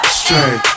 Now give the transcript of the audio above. straight